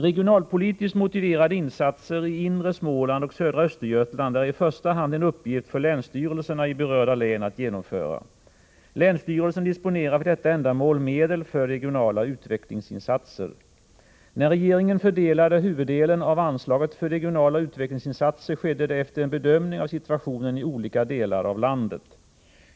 Regionalpolitiskt motiverade insatser i inre Småland och södra Östergötland är i första hand en uppgift för länsstyrelserna i berörda län att genomföra. Länsstyrelserna disponerar för detta ändamål medel för regiona 103 la utvecklingsinsatser. När regeringen fördelade huvuddelen av anslaget för regionala utvecklingsinsatser skedde det efter en bedömning av situationen i olika delar av landet.